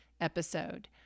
episode